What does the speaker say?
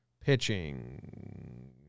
Pitching